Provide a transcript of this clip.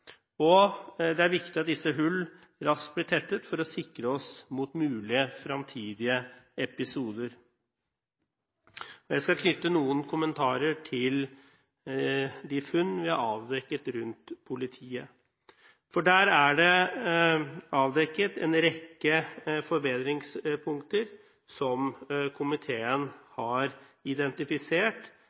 Det er viktig at disse hullene raskt blir tettet for å sikre oss mot mulige fremtidige episoder. Jeg skal knytte noen kommentarer til de funn vi har avdekket rundt politiet. Der er det avdekket en rekke forbedringspunkter, som komiteen har identifisert